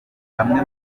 bamwe